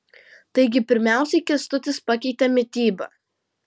taigi pirmiausiai kęstutis pakeitė mitybą